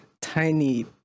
tiny